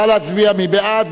נא להצביע, מי בעד?